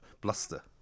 bluster